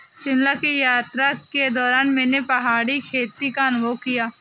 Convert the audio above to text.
शिमला की यात्रा के दौरान मैंने पहाड़ी खेती का अनुभव किया